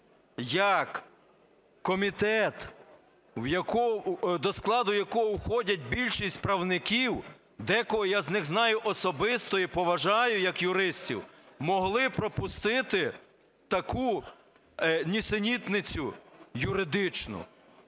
як комітет, до складу якого входять більшість правників, декого я з них знаю особисто і поважаю як юристів, міг пропустити таку нісенітницю юридичну.